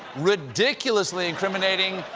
ridiculously incriminating,